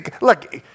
look